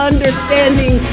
understanding